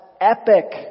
epic